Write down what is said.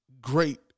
great